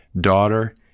daughter